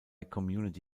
community